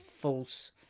false